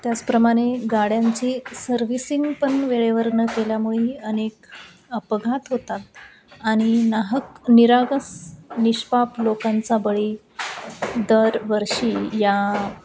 त्याचप्रमाणे गाड्यांची सर्व्हिसिंग पण वेळेवर न केल्यामुळेही अनेक अपघात होतात आणि नाहक निरागस निष्पाप लोकांचा बळी दरवर्षी या